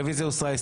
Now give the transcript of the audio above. הרביזיה הוסרה.